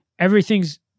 Everything's